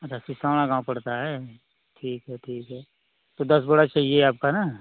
अच्छा सिसौना गाँव पड़ता है ठीक है ठीक है तो दस बोरा चाहिए आपका ना